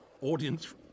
audience